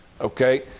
Okay